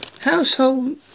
Household